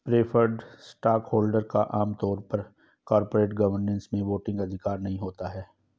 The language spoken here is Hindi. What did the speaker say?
प्रेफर्ड स्टॉकहोल्डर का आम तौर पर कॉरपोरेट गवर्नेंस में वोटिंग अधिकार नहीं होता है